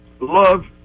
love